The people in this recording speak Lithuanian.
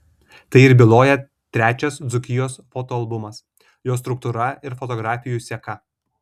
tai ir byloja trečias dzūkijos fotoalbumas jo struktūra ir fotografijų seka